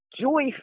joy